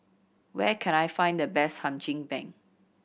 where can I find the best Hum Chim Peng